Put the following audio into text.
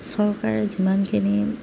চৰকাৰে যিমানখিনি